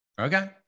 okay